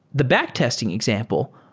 the back testing example,